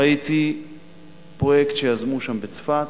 ראיתי פרויקט שיזמו שם בצפת,